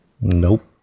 Nope